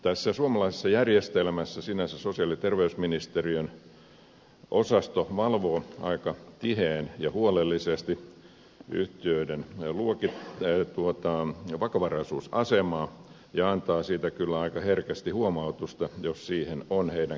tässä suomalaisessa järjestelmässä sosiaali ja terveysministeriön osasto sinänsä valvoo aika tiheään ja huolellisesti yhtiöiden vakavaraisuusasemaa ja antaa siitä kyllä aika herkästi huomautusta jos siihen on heidän käsityksensä mukaan aihetta